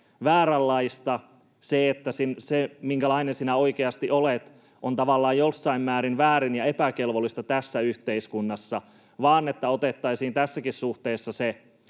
vääränlaista, että se, minkälainen sinä oikeasti olet, on tavallaan jossain määrin väärin ja epäkelvollista tässä yhteiskunnassa, vaan otettaisiin tässäkin suhteessa se